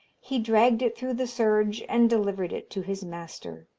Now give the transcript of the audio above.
he dragged it through the surge and delivered it to his master.